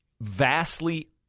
vastly